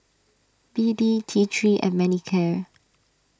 B D T three and Manicare